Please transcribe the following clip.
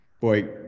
boy